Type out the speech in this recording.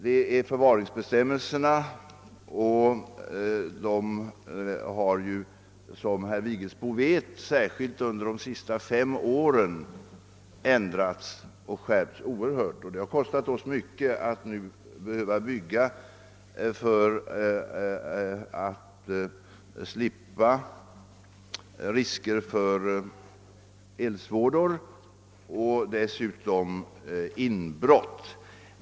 Dessa har, som herr Vigelsbo vet, särskilt under de senaste fem åren ändrats och skärpts oerhört mycket. Det har kostat oss mycket att nu behöva bygga för att undvika risker för eldsvådor och inbrott.